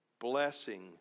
blessing